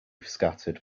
scattered